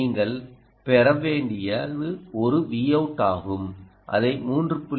நீங்கள் பெற வேண்டியது ஒரு Vout ஆகும் இதை 3